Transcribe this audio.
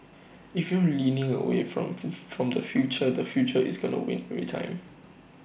if you're leaning away from from the future the future is gonna win every time